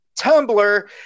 Tumblr